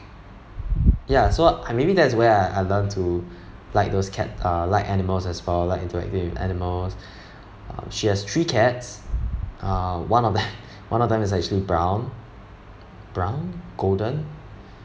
ya so I maybe that's where I I learn to like those cat uh like animals as well like interacting with animals um she has three cats ah one of th~ one of them is actually brown brown golden